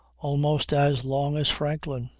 almost as long as franklin.